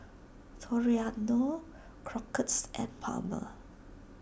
Toriano Crocketts and Palmer